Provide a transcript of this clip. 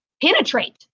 penetrate